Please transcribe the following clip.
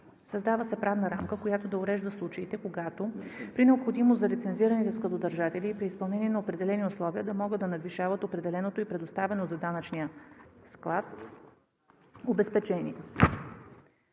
Създава се правна рамка, която да урежда случаите, когато при необходимост за лицензираните складодържатели и при изпълнение на определени условия да могат да надвишават определеното и предоставено за данъчния склад обезпечение.